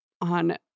on